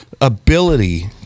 Ability